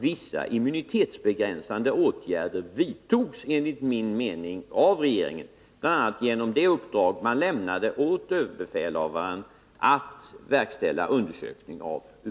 Vissa immunitetsbegränsande åtgärder vidtogs enligt min mening av regeringen, bl.a. genom det uppdrag den lämnade åt överbefälhavaren att verkställa undersökning av ubåten.